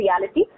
reality